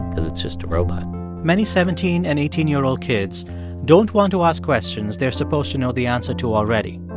because it's just a robot many seventeen and eighteen year old kids don't want to ask questions they're supposed to know the answer to already.